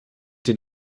den